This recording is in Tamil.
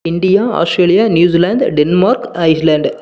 India Australia New Zealand Denmark Iceland